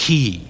Key